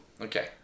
Okay